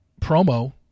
promo